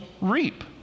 reap